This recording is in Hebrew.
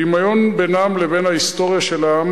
הדמיון בינם לבין ההיסטוריה של העם